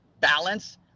balance